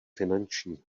finančního